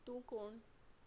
तूं कोण